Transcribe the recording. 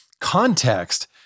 context